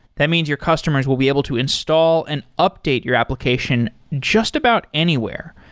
that means your customers will be able to install and update your application just about anywhere.